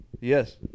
Yes